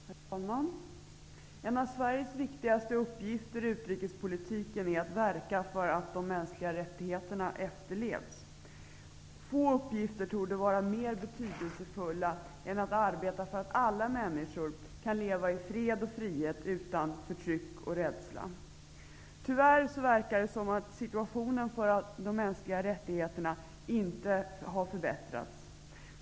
Herr talman! En av Sveriges viktigaste uppgifter i utrikespolitiken är att verka för att de mänskliga rättigheterna efterlevs. Få uppgifter torde vara mer betydelsefulla än arbetet för att alla människor kan leva i fred och frihet, utan förtryck och rädsla. Tyvärr tycks inte situationen för de mänskliga rättigheterna förbättras.